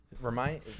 Remind